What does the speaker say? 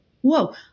whoa